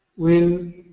will